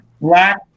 Black